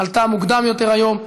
עלתה מוקדם יותר היום,